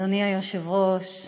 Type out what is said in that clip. אדוני היושב-ראש,